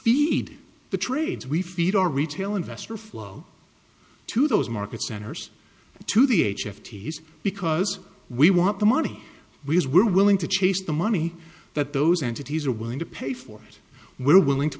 feed the trades we feed our retail investor flow to those market centers to the h f t's because we want the money we're willing to chase the money that those entities are willing to pay for it we're willing to